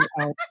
out